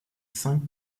cinq